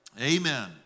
Amen